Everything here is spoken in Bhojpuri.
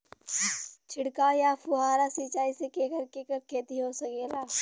छिड़काव या फुहारा सिंचाई से केकर केकर खेती हो सकेला?